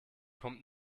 kommt